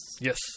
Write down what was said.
Yes